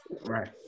Right